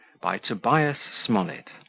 by tobias smollett